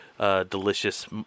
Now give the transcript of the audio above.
delicious